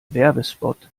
werbespot